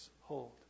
hold